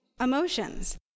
emotions